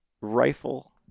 rifle